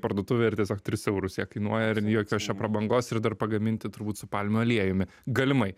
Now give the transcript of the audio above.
parduotuvę ir tiesiog tris eurus jie kainuoja ir jokios čia prabangos ir dar pagaminti turbūt su palmių aliejumi galimai